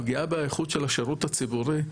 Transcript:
הפגיעה באיכות של השירות הציבורי,